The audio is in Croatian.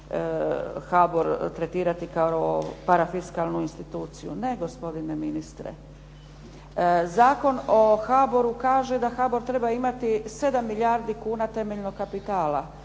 HBOR tretirati kao parafiskalnu instituciju. Ne gospodine ministre. Zakon o HBOR-u kaže da HBOR treba imati 7 milijardi kuna temeljnog kapitala.